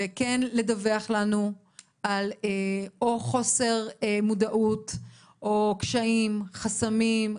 וכן לדווח לנו על או חוסר מודעות או קשיים, חסמים.